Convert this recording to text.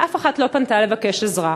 ואף אחת לא פנתה לבקש עזרה.